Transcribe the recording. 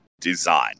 design